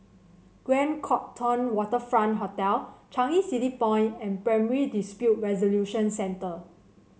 Grand Copthorne Waterfront Hotel Changi City Point and Primary Dispute Resolution Centre